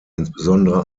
insbesondere